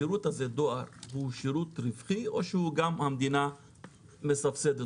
שירות הדואר הוא שירות רווחי או שהמדינה מסבסדת אותו?